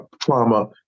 trauma